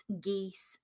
geese